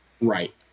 Right